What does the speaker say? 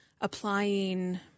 applying